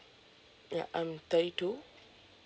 ya I'm thirty two